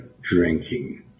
drinking